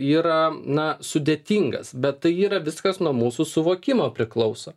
yra na sudėtingas bet tai yra viskas nuo mūsų suvokimo priklauso